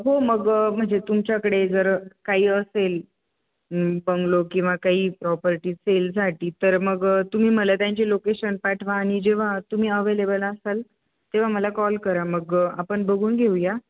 हो मग म्हणजे तुमच्याकडे जर काही असेल बंगलो किंवा काही प्रॉपर्टी सेलसाठी तर मग तुम्ही मला त्यांची लोकेशन पाठवा आणि जेव्हा तुम्ही अवेलेबल असाल तेव्हा मला कॉल करा मग आपण बघून घेऊया